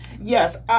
yes